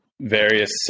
various